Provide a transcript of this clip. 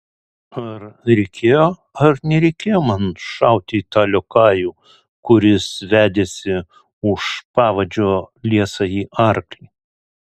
ar reikėjo ar nereikėjo man šauti į tą liokajų kuris vedėsi už pavadžio liesąjį arklį